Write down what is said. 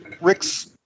Rick's